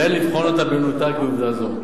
ואין לבחון אותה במנותק מעובדה זו.